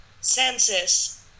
senses